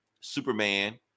Superman